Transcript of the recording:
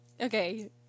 okay